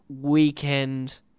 weekend